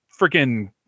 freaking